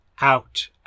out